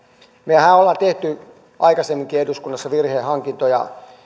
mehän olemme tehneet aikaisemminkin eduskunnassa virhehankintoja